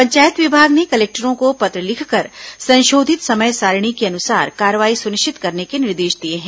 पंचायत विभाग ने कलेक्टरों को पत्र लिखकर संशोधित समय सारिणी के अनुसार कार्रवाई सुनिश्चित करने के निर्देश दिए हैं